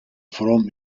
from